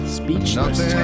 speechless